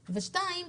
ושתיים,